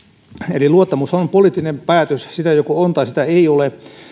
eli luottamushan on poliittinen päätös sitä joko on tai sitä ei ole